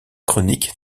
chroniques